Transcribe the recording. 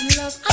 love